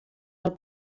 del